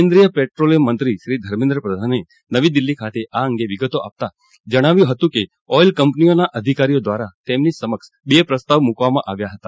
કેન્દ્રીય પેટ્રોલીયમ મંત્રી શ્રી ધર્મેન્દ્ર પ્રધાને નવી દિલ્હી ખાતે આ અંગે વિગતો આપતા જણાવ્યું હતું કે ઓઈલ કંપનીઓના અધિકારીઓ દ્વારા તેમની સમક્ષ બે પ્રસ્તાવ મુકવામાં આવ્યા હતા